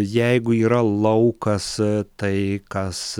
jeigu yra laukas tai kas